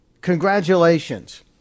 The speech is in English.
congratulations